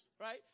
right